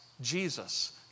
Jesus